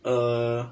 a